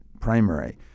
primary